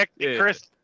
Chris